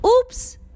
Oops